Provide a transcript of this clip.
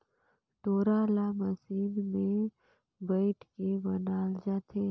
डोरा ल मसीन मे बइट के बनाल जाथे